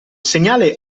segnale